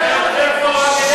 תתביישו לכם.